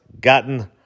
gotten